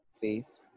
faith